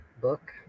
book